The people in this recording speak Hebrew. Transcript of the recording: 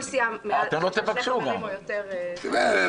כל סיעה עם שני חברים או יותר --- לחודשיים